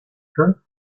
her